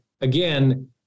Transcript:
again